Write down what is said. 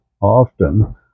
often